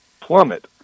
plummet